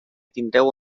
tindreu